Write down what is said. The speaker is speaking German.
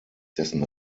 dessen